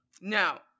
Now